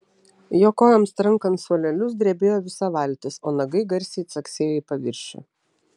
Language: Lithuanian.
jo kojoms trankant suolelius drebėjo visa valtis o nagai garsiai caksėjo į paviršių